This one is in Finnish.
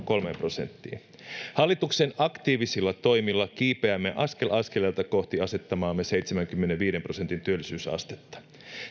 kolmeen prosenttiin hallituksen aktiivisilla toimilla kiipeämme askel askeleelta kohti asettamaamme seitsemänkymmenenviiden prosentin työllisyysastetta